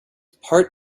part